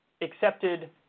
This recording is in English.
accepted